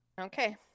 Okay